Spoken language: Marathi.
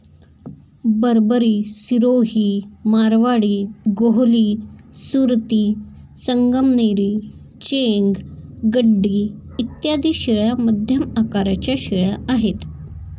बरबरी, सिरोही, मारवाडी, गोहली, सुरती, संगमनेरी, चेंग, गड्डी इत्यादी शेळ्या मध्यम आकाराच्या शेळ्या आहेत